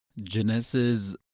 Genesis